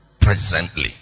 presently